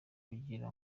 kugira